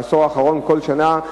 בעשור האחרון, כל שנה,